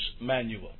manual